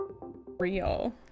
Real